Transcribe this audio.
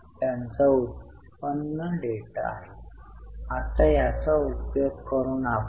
तर चालू वर्षात 6 वजा 5 उर्वरित 1000 देय दिले आहेत